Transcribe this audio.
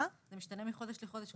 זה משתנה מחודש לחודש.